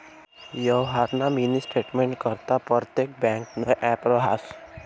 यवहारना मिनी स्टेटमेंटकरता परतेक ब्यांकनं ॲप रहास